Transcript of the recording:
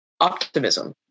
optimism